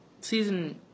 season